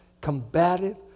combative